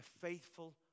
faithful